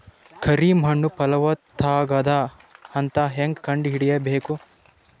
ಕರಿ ಮಣ್ಣು ಫಲವತ್ತಾಗದ ಅಂತ ಹೇಂಗ ಕಂಡುಹಿಡಿಬೇಕು?